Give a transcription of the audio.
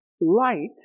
light